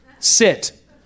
Sit